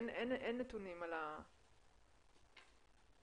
אין נתונים על המכשיר.